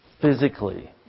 physically